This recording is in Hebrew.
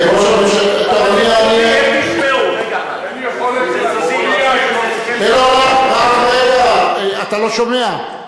אין לי יכולת לשמוע, אתה לא שומע?